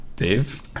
Dave